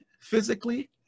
Physically